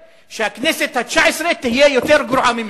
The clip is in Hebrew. שהכנסת התשע-עשרה תהיה יותר גרועה ממנה.